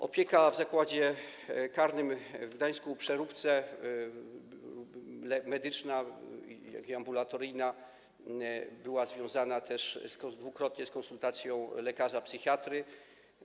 Opieka w Zakładzie Karnym w Gdańsku-Przeróbce, zarówno medyczna, jak i ambulatoryjna, była związana też dwukrotnie z konsultacją lekarza psychiatry.